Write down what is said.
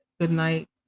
goodnight